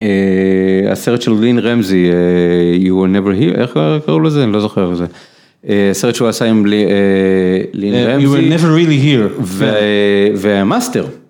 הסרט של לין רמזי, you were never here, איך קראו לזה? אני לא זוכר לזה. הסרט שהוא עשה עם לין רמזי. You were never really here. והמאסטר.